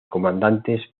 comandantes